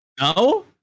No